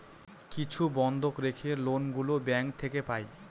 কিছু বন্ধক রেখে লোন গুলো ব্যাঙ্ক থেকে পাই